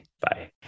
Bye